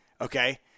okay